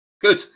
Good